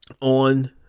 On